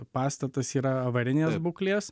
pastatas yra avarinės būklės